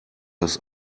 das